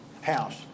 house